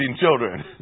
children